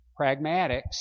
pragmatics